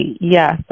Yes